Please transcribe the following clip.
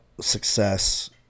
success